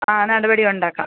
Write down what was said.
ആ നടപടിയുണ്ടാക്കാം